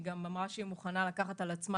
היא גם אמרה שהיא מוכנה לקחת על עצמה